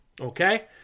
okay